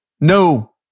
no